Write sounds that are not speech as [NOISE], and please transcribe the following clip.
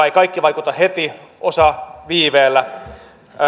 [UNINTELLIGIBLE] ei kaikki vaikuta heti vaan osa viiveellä